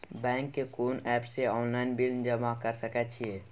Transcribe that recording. Bank के कोन app से ऑनलाइन बिल जमा कर सके छिए?